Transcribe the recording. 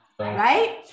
Right